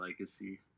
legacy